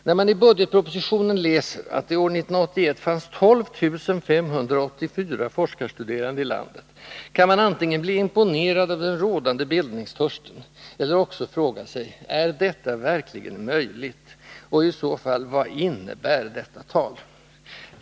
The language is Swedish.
När man i budgetpropositionen läser att det år 1981 fanns 12584 forskarstuderande i landet kan man antingen bli imponerad av den rådande bildningstörsten eller också fråga sig: Är detta verkligen möjligt? Och i så fall: Vad innebär detta tal?